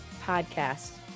podcast